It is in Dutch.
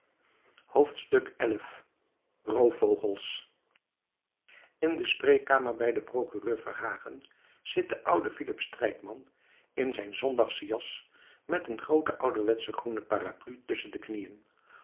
wennen xi roofvogels in de spreekkamer bij den procureur verhagen zit de oude philip strijkman in zijn zondagsche jas met een groote ouderwetsche groene parapluie tusschen de knieën